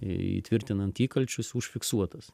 įtvirtinant įkalčius užfiksuotas